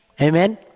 Amen